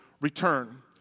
return